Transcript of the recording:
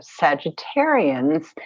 Sagittarians